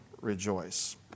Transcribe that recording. rejoice